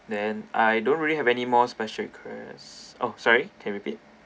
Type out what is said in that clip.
then I don't really have any more specific quest oh sorry can repeat